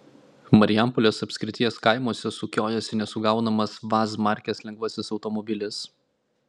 marijampolės apskrities kaimuose sukiojasi nesugaunamas vaz markės lengvasis automobilis